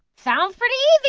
sounds pretty